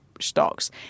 stocks